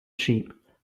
sheep